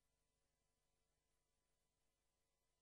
אתם לא